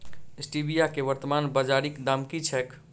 Stevia केँ वर्तमान बाजारीक दाम की छैक?